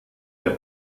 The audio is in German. der